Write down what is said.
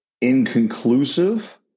inconclusive